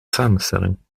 samenstelling